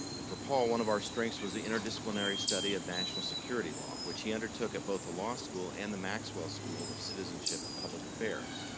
and for paul, one of our strengths was the interdisciplinary study of national security law, which he undertook at both the law school and the maxwell school of citizenship and public affairs.